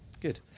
Good